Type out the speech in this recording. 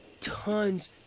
tons